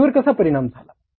रोखीवर कसा परिणाम झाला